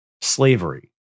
slavery